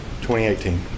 2018